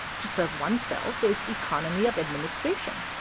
to serve oneself is economy of administration.